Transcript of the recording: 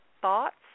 thoughts